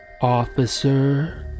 officer